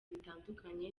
bitandukanye